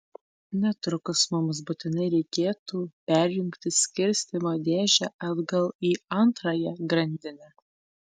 netrukus mums būtinai reikėtų perjungti skirstymo dėžę atgal į antrąją grandinę